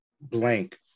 Blank